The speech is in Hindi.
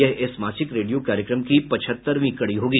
यह इस मासिक रेडियो कार्यक्रम की पचहत्तरवीं कड़ी होगी